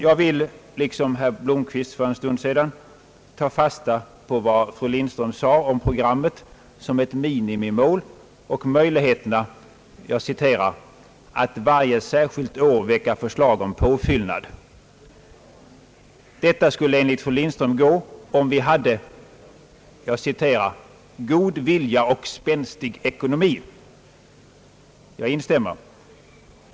Jag vill liksom herr Blomquist gjorde för en stund sedan ta fasta på vad fru Lindström sade om programmet som ett minimimål och på möjligheterna »att varje särskilt år väcka förslag om påfyllnad». Detta skulle enligt fru Lindström gå, om vi hade »god vilja och spänstig ekonomi». Jag instämmer.